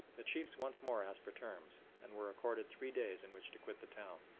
the chiefs once more asked for terms, and were accorded three days in which to quit the town.